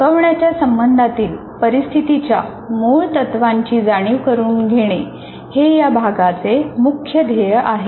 शिकवण्याच्या संबंधातील परिस्थितीच्या मुळ तत्वांची जाणीव करून घेणे हे या भागाचे मुख्य ध्येय आहे